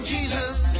Jesus